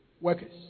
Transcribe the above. Workers